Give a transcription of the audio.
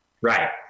Right